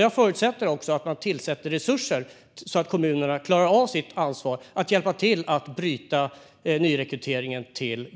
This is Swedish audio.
Jag förutsätter därför att man tillför resurser så att kommunerna kan ta sitt ansvar och hjälpa till att bryta nyrekryteringen till